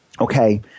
okay